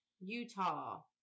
Utah